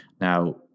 Now